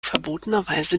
verbotenerweise